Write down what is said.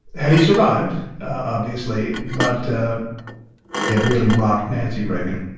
and he survived, obviously, but it really rocked nancy reagan